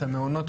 את המעונות,